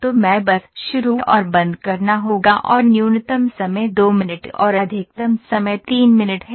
तो मैं बस शुरू और बंद करना होगा और न्यूनतम समय 2 मिनट और अधिकतम समय 3 मिनट है